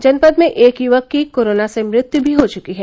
जनपद में एक युवक की कोरोना से मृत्यु भी हो चुकी है